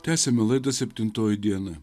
tęsiame laidą septintoji diena